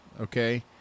Okay